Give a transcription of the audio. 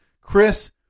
Chris